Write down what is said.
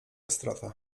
strata